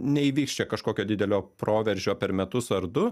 neįvyks čia kažkokio didelio proveržio per metus ar du